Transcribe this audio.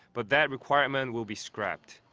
but that requirement will be scrapped.